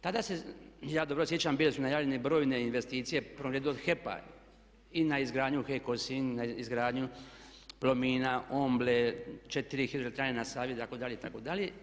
Tada se ja dobro sjećam bile su najavljene brojne investicije u prvom redu od HEP-a i na izgradnju HE Kosinj, na izgradnju Plomina, Omble, 4 hidroelektrane na Sabi itd. itd.